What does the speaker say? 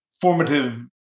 formative